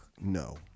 No